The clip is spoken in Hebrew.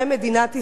מילת סיכום.